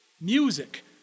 music